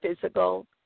physical